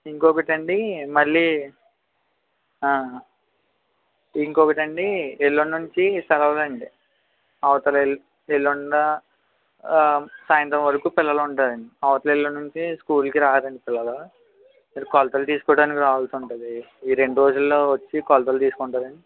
ఇంకొకటి అండీ మళ్ళీ ఇంకొకటి అండీ ఎల్లుండి నుంచీ సెలవులండి అవతల ఎల్లుండి సాయంత్రం వరకు పిల్లలుంటారు అండి అవతల ఎల్లుండి నుంచి స్కూల్కి రారండి పిల్లలు మీరు కొలతలు తీసుకోడానికి రావాల్సి ఉంటుంది ఈ రెండు రోజుల్లో వచ్చి కొలతలు తీసుకుంటారా అండి